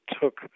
took